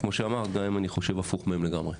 כמו שאמרת, גם אם אני חושב הפוך מהם לגמרי.